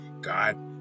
God